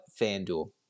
FanDuel